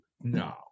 no